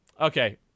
Okay